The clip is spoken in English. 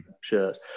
shirts